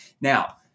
now